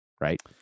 right